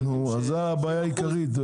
זאת הבעיה העיקרית.